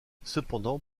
cependant